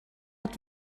hat